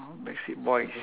backstreet boys